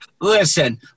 listen